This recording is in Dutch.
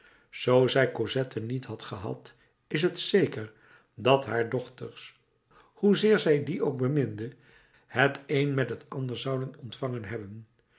zoo zij cosette niet had gehad is het zeker dat haar dochters hoe zeer zij die ook beminde het een met het ander zouden ontvangen hebben